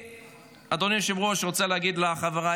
אדוני היושב-ראש, אני רוצה להגיד לחבריי